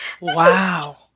Wow